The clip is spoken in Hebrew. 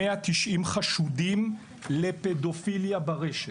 2,602 תיקי חקירה שנפתחו בגין עבירות במרחב המקוון